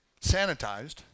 sanitized